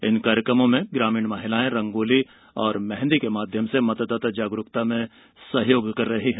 इन कार्यक्रमों में ग्रामीण महिलाएं रंगोली और मेंहदी के माध्यम से मतदाता जागरुकता में सहयोग कर रही हैं